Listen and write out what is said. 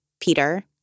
Peter